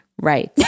right